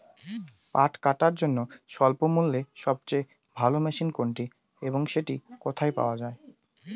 পাট কাটার জন্য স্বল্পমূল্যে সবচেয়ে ভালো মেশিন কোনটি এবং সেটি কোথায় পাওয়া য়ায়?